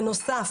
הנוסף,